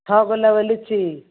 छओ गो लेबै लिची